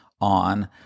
on